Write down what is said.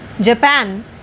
japan